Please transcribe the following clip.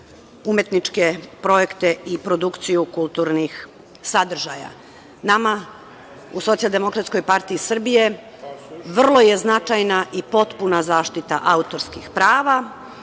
umetničke projekte i produkciju kulturnih sadržaja. Nama u Socijaldemokratskoj partiji Srbije vrlo je značajna i potpuna zaštita autorskih prava,